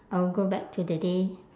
I will go back to the day